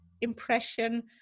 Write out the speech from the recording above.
impression